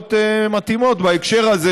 דוגמאות מתאימות בהקשר הזה,